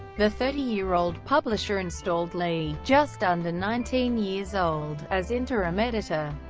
the thirty year old publisher installed lee, just under nineteen years old, as interim editor.